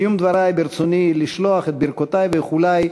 בסיום דברי ברצוני לשלוח את ברכותי ואיחולי